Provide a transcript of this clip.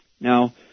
Now